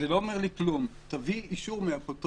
זה לא אומר לי כלום, תביאי אישור מהאפוטרופוס